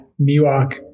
miwok